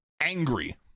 angry